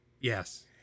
Yes